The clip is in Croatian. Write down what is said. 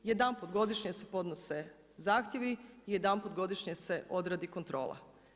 Jedanput godišnje se podnose zahtjevi i jedanput godišnje se odradi kontrola.